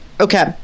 okay